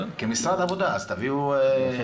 כמשרד עבודה, אז תביאו --- נביא הצעה.